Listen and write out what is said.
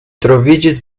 troviĝis